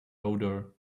odor